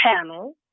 panel